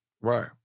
Right